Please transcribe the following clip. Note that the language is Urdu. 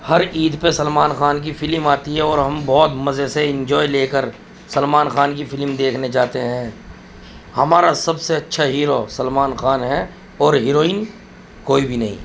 ہر عید پہ سلمان خان کی فلم آتی ہے اور ہم بہت مزے سے انجوائے لے کر سلمان خان کی فلم دیکھنے جاتے ہیں ہمارا سب سے اچھا ہیرو سلمان خان ہے اور ہیروئن کوئی بھی نہیں